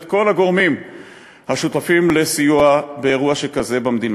את כל הגורמים השותפים לסיוע באירוע שכזה במדינה.